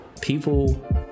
people